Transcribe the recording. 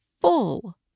full